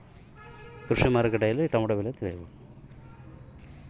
ಈ ವಾರದ ಟೊಮೆಟೊ ಬೆಲೆಯನ್ನು ನಾನು ಹೇಗೆ ತಿಳಿಯಬಹುದು?